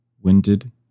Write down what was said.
Winded